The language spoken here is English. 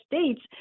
States